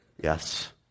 Yes